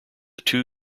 two